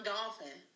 Dolphin